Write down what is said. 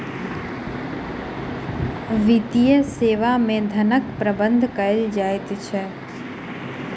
वित्तीय सेवा मे धनक प्रबंध कयल जाइत छै